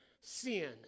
sin